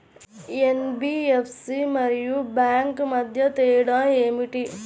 NBFC మరియు bank మధ్య తేడా ఏమిటి?